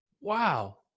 Wow